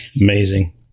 Amazing